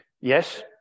Yes